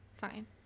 Fine